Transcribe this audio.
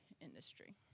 industry